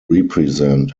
represent